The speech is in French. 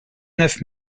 neuf